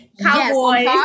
Cowboys